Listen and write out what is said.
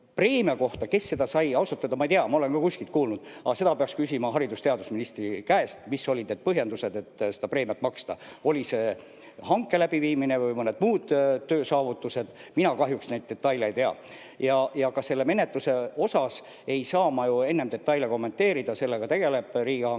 öelda, ma ei tea. Ma olen ka kuskilt kuulnud. Aga seda peaks küsima haridus- ja teadusministri käest, mis olid need põhjendused, et seda preemiat maksta – oli see hanke läbiviimine või mõned muud töösaavutused. Mina kahjuks neid detaile ei tea. Ja ka selle menetluse osas ei saa ma ju enne detaile kommenteerida, sellega tegeleb riigihangete